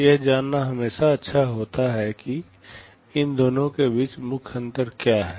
यह जानना हमेशा अच्छा होता है कि इन दोनों के बीच मुख्य अंतर क्या हैं